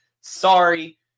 sorry